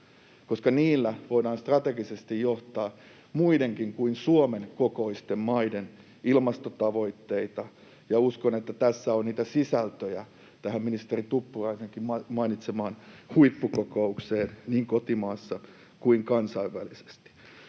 koska niillä voidaan strategisesti johtaa muidenkin kuin Suomen kokoisten maiden ilmastotavoitteita, ja uskon, että tässä on niitä sisältöjä tähän ministeri Tuppuraisenkin mainitsemaan huippukokoukseen niin kotimaassa kuin kansainvälisesti.